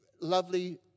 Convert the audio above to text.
lovely